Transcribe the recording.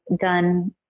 done